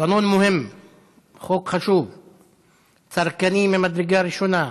חוק חשוב וצרכני ממדרגה ראשונה,